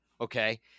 okay